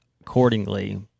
accordingly